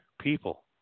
people